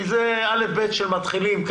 צהריים טובים.